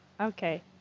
Okay